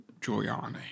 Giuliani